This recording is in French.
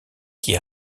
qui